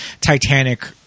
Titanic